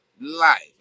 life